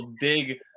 big